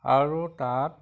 আৰু তাত